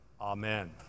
Amen